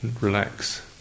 relax